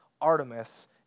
Artemis